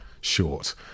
short